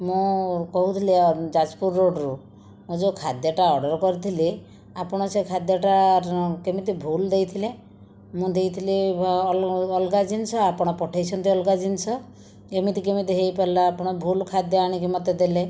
ମୁଁ କହୁଥିଲି ଯାଜପୁର ରୋଡ଼ରୁ ମୁଁ ଯେଉଁ ଖାଦ୍ୟଟା ଅର୍ଡ଼ର କରିଥିଲି ଆପଣ ସେ ଖାଦ୍ୟଟା କେମିତି ଭୁଲ୍ ଦେଇଥିଲେ ମୁଁ ଦେଇଥିଲି ଅଲଗା ଜିନିଷ ଆପଣ ପଠେଇଛନ୍ତି ଅଲଗା ଜିନିଷ ଏମିତି କେମିତି ହେଇପାରିଲା ଆପଣ ଭୁଲ୍ ଖାଦ୍ୟ ଆଣିକି ମୋତେ ଦେଲେ